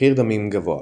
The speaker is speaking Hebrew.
במחיר דמים גבוה.